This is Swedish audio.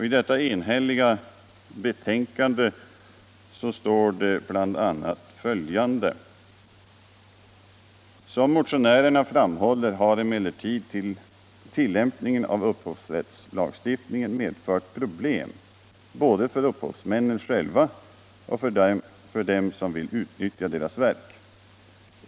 I detta enhälliga betänkande står det bl.a. följande: ”Som motionärerna framhåller har emellertid tillimpningen av upphovsrättslagstiltningen medfört problem både för upphovsmännen själva och för dem som vill utnyttja deras verk.